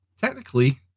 technically